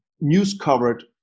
news-covered